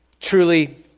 Truly